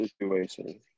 situation